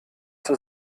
zur